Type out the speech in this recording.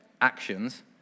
actions